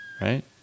right